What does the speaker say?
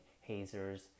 hazers